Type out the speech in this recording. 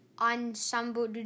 Ensemble